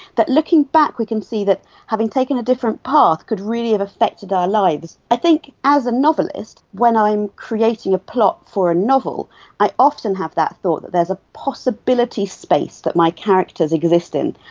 that looking back we can see that having taken a different path could really have affected our lives. i think as a novelist when i'm creating a plot for a novel i often have that thought, that there is a possibility space that my characters exist in,